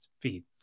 feed